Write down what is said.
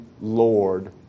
Lord